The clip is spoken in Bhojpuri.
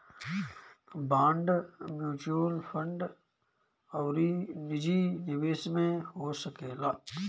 बांड म्यूच्यूअल फंड अउरी निजी निवेश में हो सकेला